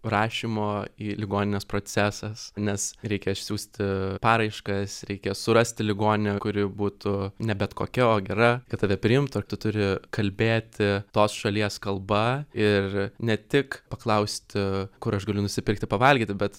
rašymo į ligonines procesas nes reikia išsiųsti paraiškas reikia surasti ligoninę kuri būtų ne bet kokia o gera kad tave priimtų ir tu turi kalbėti tos šalies kalba ir ne tik paklausti kur aš galiu nusipirkti pavalgyti bet